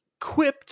quipped